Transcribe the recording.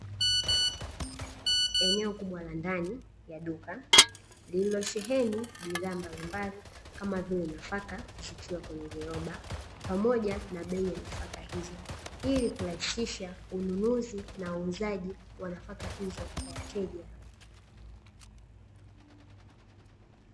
Eneo kubwa la ndani ya duka, lililosheheni bidhaa mbalimbali kama vile nafaka zikiwa kwenye viroba pamoja na bei ya nafaka hizo, ili kurahisisha ununuzi na uuzaji wa nafaka hizo kwa wateja.